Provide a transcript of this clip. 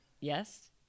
Yes